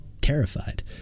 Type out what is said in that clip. terrified